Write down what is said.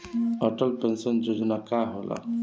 Atal pension योजना का होला?